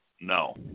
No